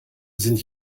sind